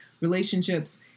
relationships